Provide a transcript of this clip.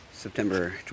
September